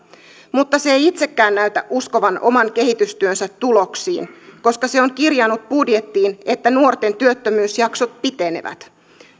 mutta se ei itsekään näytä uskovan oman kehitystyönsä tuloksiin koska se on kirjannut budjettiin että nuorten työttömyysjaksot pitenevät